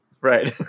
Right